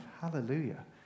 Hallelujah